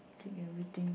think everything